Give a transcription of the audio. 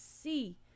see